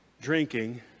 drinking